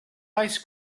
ice